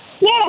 yes